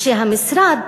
שהמשרד